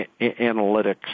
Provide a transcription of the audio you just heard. analytics